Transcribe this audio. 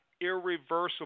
Irreversible